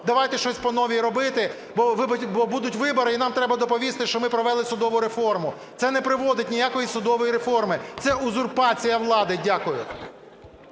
давайте щось по-новому робити, бо будуть вибори і нам треба доповісти, що ми провели судову реформу. Це не проводить ніякої судової реформи, це узурпація влади. Дякую.